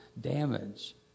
damage